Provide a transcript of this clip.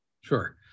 Sure